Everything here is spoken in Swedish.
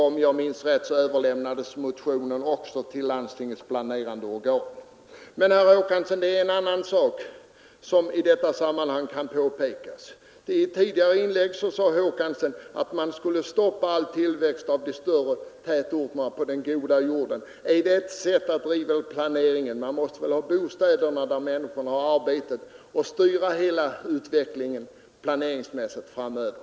Om jag minns rätt överlämnades motionen också till länsstyrelsens planeringsorgan. Men, herr Håkansson, det är en annan sak som i detta sammanhang kan påpekas. I ett tidigare inlägg sade herr Håkansson att man skulle stoppa all tillväxt av de större tätorterna på den goda jorden. Är det ett sätt att driva upp planeringen? Man måste väl ha bostäderna där människorna arbetar och styra hela utvecklingen planeringsmässigt framöver.